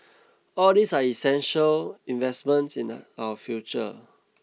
all these are essential investments in our future